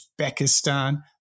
Uzbekistan